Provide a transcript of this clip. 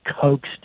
coaxed